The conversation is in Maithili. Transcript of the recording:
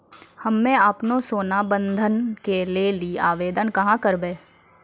हम्मे आपनौ सोना बंधन के लेली आवेदन कहाँ करवै?